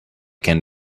can